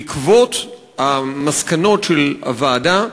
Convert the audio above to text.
בעקבות המסקנות של הוועדה,